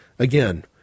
Again